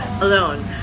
alone